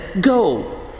Go